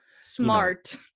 smart